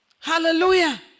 Hallelujah